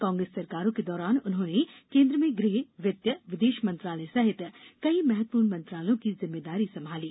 कांग्रेस सरकारों के दौरान उन्होंने केन्द्र में गृह वित्त विदेश मंत्रालय सहित कई महत्वपूर्ण मंत्रालयों की जिम्मेदारी संभाली